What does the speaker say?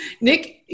Nick